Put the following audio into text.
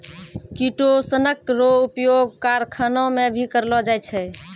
किटोसनक रो उपयोग करखाना मे भी करलो जाय छै